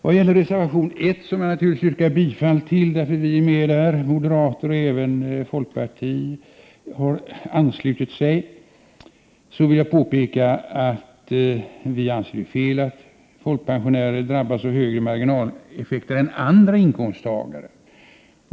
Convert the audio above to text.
Vad gäller reservation 1, som jag naturligtvis yrkar bifall till, och som har avgivits av moderater och även fått anslutning av folkpartiet, vill jag påpeka att vi anser det fel att folkpensionärerna drabbas av högre marginaleffekter än andra inkomsttagare.